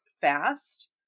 fast